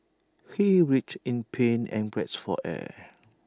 he writhed in pain and gasped for air